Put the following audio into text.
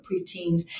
preteens